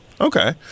Okay